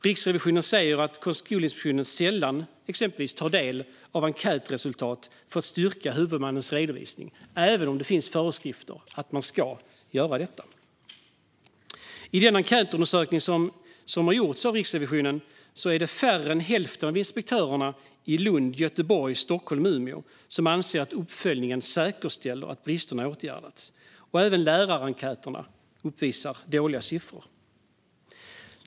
Riksrevisionen säger att Skolinspektionen sällan tar del av exempelvis enkätresultat för att styrka huvudmannens redovisning, även om det finns föreskrifter om att man ska göra detta. I den enkätundersökning som har gjorts av Riksrevisionen är det färre än hälften av inspektörerna i Lund, Göteborg, Stockholm och Umeå som anser att uppföljningen säkerställer att bristerna åtgärdats. Även lärarenkäterna uppvisar dåliga siffror.